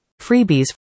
freebies